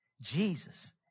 Jesus